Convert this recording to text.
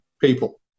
people